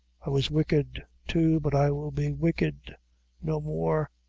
i was wicked, too but i will be wicked no more.